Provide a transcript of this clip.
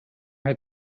had